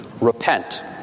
Repent